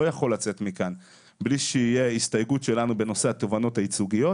יכול לצאת מכאן בלי שתהיה הסתייגות שלנו בנושא התובענות הייצוגיות